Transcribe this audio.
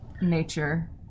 Nature